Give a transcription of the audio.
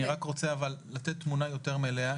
אני רק רוצה אבל לתת תמונה יותר מלאה,